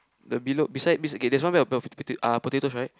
the below beside be okay there's one bag of belv~ uh potatoes right